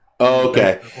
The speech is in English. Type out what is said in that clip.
Okay